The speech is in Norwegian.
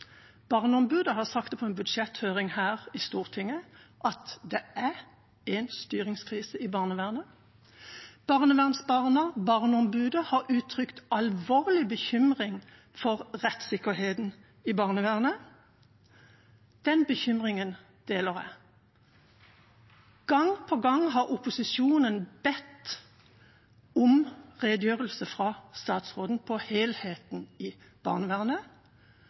Barneombudet har sagt under en budsjetthøring her i Stortinget at det er en styringskrise i barnevernet. Barnevernsbarna og Barneombudet har uttrykt alvorlig bekymring for rettssikkerheten i barnevernet. Den bekymringen deler jeg. Gang på gang har opposisjonen bedt om en redegjørelse fra statsråden om helheten i barnevernet.